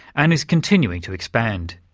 and is continuing to expand.